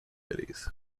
committees